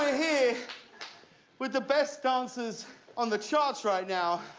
here with the best dancers on the charts right now,